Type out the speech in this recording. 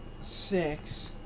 six